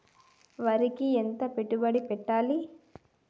వరికి ఎంత పెట్టుబడి పెట్టాలి?